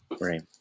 Right